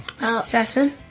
Assassin